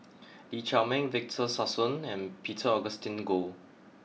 Lee Chiaw Meng Victor Sassoon and Peter Augustine Goh